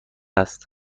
است